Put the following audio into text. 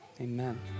Amen